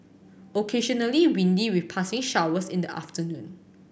occasionally windy with passing showers in the afternoon